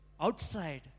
Outside